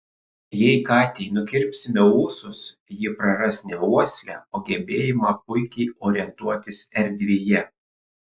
jei katei nukirpsime ūsus ji praras ne uoslę o gebėjimą puikiai orientuotis erdvėje